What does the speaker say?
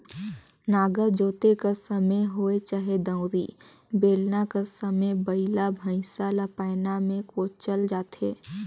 नांगर जोते कर समे होए चहे दउंरी, बेलना कर समे बइला भइसा ल पैना मे कोचल जाथे